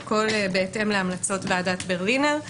הכול בהתאם להמלצות ועדת ברלינר.